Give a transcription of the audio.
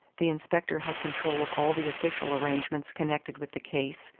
the inspector had control of all the official arrangements connected with the case,